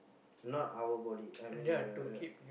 not our body I mean the